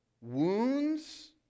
wounds